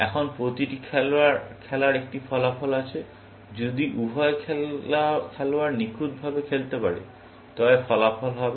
এখন প্রতিটি খেলার একটি ফলাফল আছে যদি উভয় খেলোয়াড় নিখুঁতভাবে খেলতে পারে তবে ফলাফল হবে